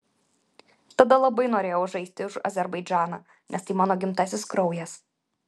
tada labai norėjau žaisti už azerbaidžaną nes tai mano gimtasis kraujas